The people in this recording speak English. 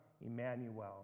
Emmanuel